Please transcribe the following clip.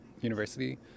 university